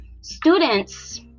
students